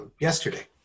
yesterday